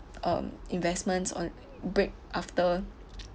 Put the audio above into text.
um investments on~ break after